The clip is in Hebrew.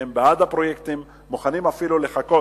שהם בעד הפרויקטים ומוכנים אפילו לחכות,